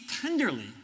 tenderly